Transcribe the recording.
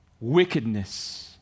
wickedness